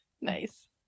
nice